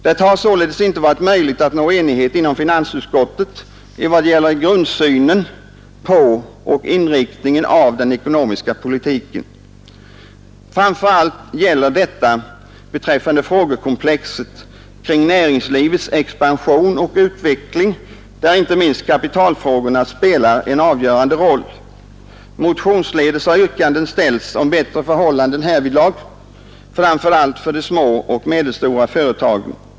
Det har således inte varit möjligt att nå enighet inom finansutskottet vad gäller grundsynen på och inriktningen av den ekonomiska politiken. Framför allt gäller detta beträffande frågekomplexet kring näringslivets expansion och utveckling, där inte minst kapitalfrågorna spelar en avgörande roll. Motionsledes har yrkanden ställts om bättre förhållanden härvidlag, framför allt för de små och medelstora företagen.